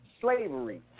slavery